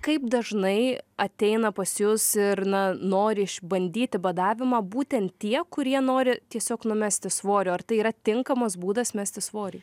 kaip dažnai ateina pas jus ir na nori išbandyti badavimą būtent tie kurie nori tiesiog numesti svorio ar tai yra tinkamas būdas mesti svorį